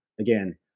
Again